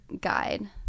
guide